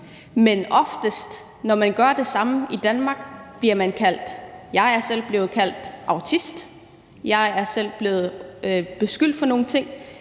men når man gør det samme i Danmark, kan man blive kaldt autist. Jeg er selv blevet kaldt autist, jeg er selv blevet beskyldt for nogle ting,